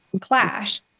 clash